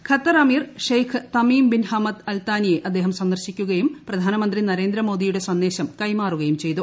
Qatar അമീർ Sheikh Tamim bin Hamad Al താനിയെ അദ്ദേഹം സന്ദർശിക്കുകയും പ്രധാനമന്ത്രി നരേന്ദ്ര മോദിയുടെ സന്ദേശം കൈമാറുകയും ചെയ്തു